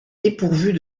dépourvues